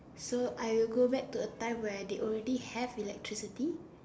so I will go back to a time where they already have electricity